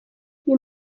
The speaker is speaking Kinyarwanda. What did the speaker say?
uyu